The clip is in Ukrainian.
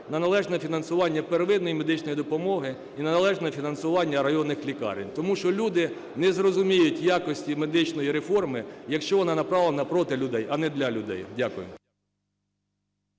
на належне фінансування первинної медичної допомоги і на належне фінансування районних лікарень. Тому що люди не зрозуміють якості медичної реформи, якщо вона направлена проти людей, а не для людей. Дякую.